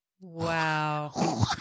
Wow